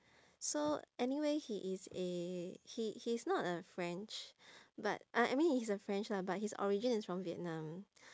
so anyway he is a he he's not a french but I I mean he is a french lah but his origin is from vietnam